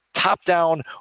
top-down